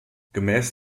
gemäß